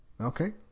Okay